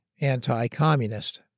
anti-communist